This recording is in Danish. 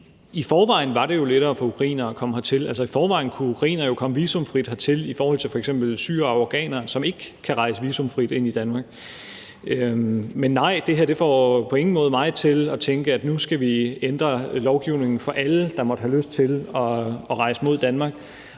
I forvejen var det jo lettere for ukrainere at komme hertil. Altså, i forvejen kunne ukrainere jo komme visumfrit hertil, mens f.eks. syrere og afghanere ikke kan rejse visumfrit ind i Danmark. Men nej, det her får på ingen måde mig til at tænke, at nu skal vi ændre lovgivningen for alle, der måtte have lyst til at rejse mod Danmark.